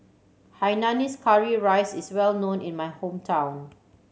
hainanese curry rice is well known in my hometown